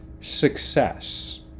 success